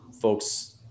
folks